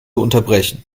unterbrechen